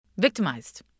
victimized